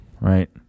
right